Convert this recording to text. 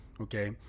okay